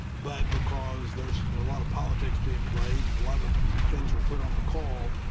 but because there's a lot of politics being played and a lot of things were put on the call,